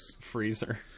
freezer